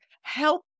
help